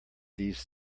these